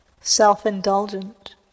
self-indulgent